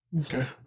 Okay